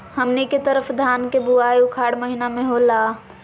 हमनी के तरफ धान के बुवाई उखाड़ महीना में होला